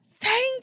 Thank